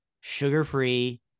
Sugar-free